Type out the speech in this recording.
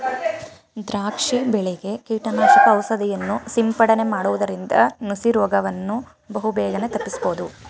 ದ್ರಾಕ್ಷಿ ಬೆಳೆಗೆ ಕೀಟನಾಶಕ ಔಷಧಿಯನ್ನು ಸಿಂಪಡನೆ ಮಾಡುವುದರಿಂದ ನುಸಿ ರೋಗವನ್ನು ಬಹುಬೇಗನೆ ತಪ್ಪಿಸಬೋದು